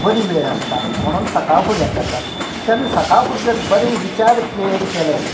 बरी वेळ आसता म्हणून सकाळ फुडें हें करतात तेन्ना सकाळ फुडें जर बरे विचार क्रिएट केले